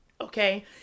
okay